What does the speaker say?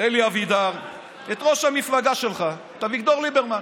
אלי אבידר, את ראש המפלגה שלך, את אביגדור ליברמן.